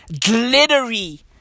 glittery